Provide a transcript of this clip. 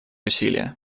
усилия